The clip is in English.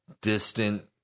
distant